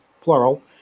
plural